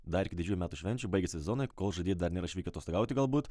dar iki didžiųjų metų švenčių baigiasi sezonai kol žaidėjai dar nėra išvykę atostogauti galbūt